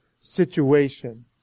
situation